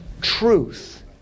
truth